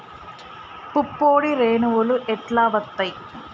పుప్పొడి రేణువులు ఎట్లా వత్తయ్?